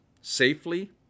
safely